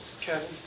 Kevin